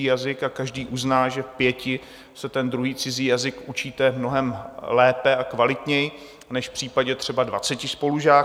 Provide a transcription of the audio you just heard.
A každý uzná, že v pěti se ten druhý cizí jazyk učíte mnohem lépe a kvalitněji než v případě třeba dvaceti spolužáků.